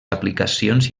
aplicacions